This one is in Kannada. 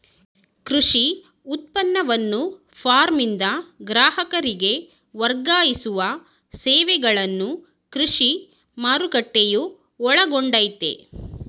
ಕೃಷಿ ಉತ್ಪನ್ನವನ್ನು ಫಾರ್ಮ್ನಿಂದ ಗ್ರಾಹಕರಿಗೆ ವರ್ಗಾಯಿಸುವ ಸೇವೆಗಳನ್ನು ಕೃಷಿ ಮಾರುಕಟ್ಟೆಯು ಒಳಗೊಂಡಯ್ತೇ